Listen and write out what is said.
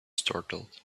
startled